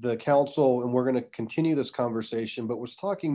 the council and we're going to continue this conversation but was talking